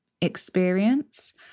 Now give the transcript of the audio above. experience